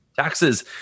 Taxes